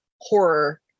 horror